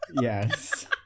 Yes